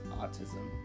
autism